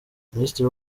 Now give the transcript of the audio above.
minisitiri